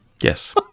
Yes